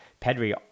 Pedri